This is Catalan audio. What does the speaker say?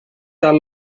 tal